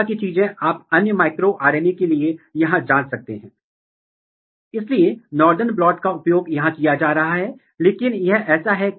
Arabidopsis thaliana में फूल विकास को नियंत्रित करने वाले जीन विनियामक नेटवर्क की वास्तुकला के लिए यहां इसी तरह की चीजें की गई हैं